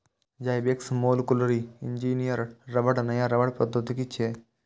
Zyvex molecularly engineered रबड़ नया रबड़ प्रौद्योगिकी छियै